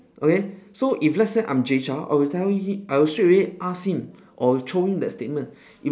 okay so if let's say I'm jay chou I will tell he I will straightaway ask him or throw him that statement